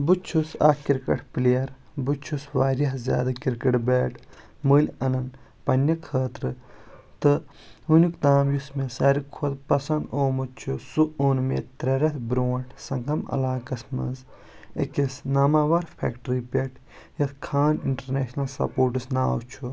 بہٕ چھُس اکھ کرکٹ پلیر بہٕ چھُس واریاہ زیٛادٕ کِرکٹ بیٹ مٔلۍ اَنان پننہِ خأطرٕ تہٕ وٕنیک تام یُس مےٚ سارِوٕے کھۄتہٕ پسنٛد آمُت چھُ سُہ اوٚن مےٚ ترٛے رٮ۪تھ بروٗنٛٹھ سنگَم علاقس منٛز أکِس ناماوار فیکٹری پٮ۪ٹھ یتھ خان اِنٹرنیشنل سپوٹٔس ناو چھُ